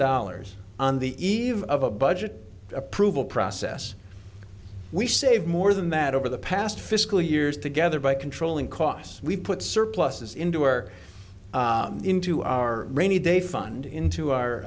dollars on the eve of a budget approval process we save more than that over the past fiscal years together by controlling costs we put surpluses into or into our rainy day fund into our